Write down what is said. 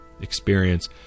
experience